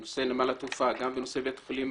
בנושא נמל התעופה וגם בנושא בית החולים